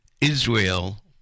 Israel